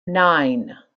nine